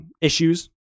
issues